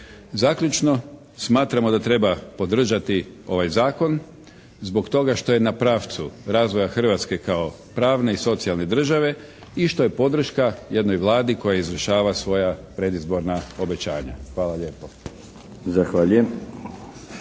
Zaključno, smatramo da treba podržati ovaj zakon zbog toga što je na pravcu razvoja Hrvatske kao pravne i socijalne države i što je podrška jednoj Vladi koja izvršava svoja predizborna obećanja. Hvala lijepo. **Milinović,